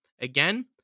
again